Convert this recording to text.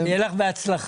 שיהיה לך בהצלחה.